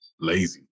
lazy